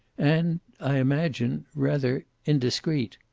and i imagine rather indiscreet.